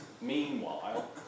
meanwhile